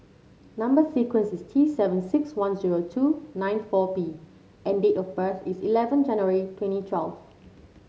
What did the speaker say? number sequence is T seven six one zero two nine four B and date of birth is eleven January twenty twelve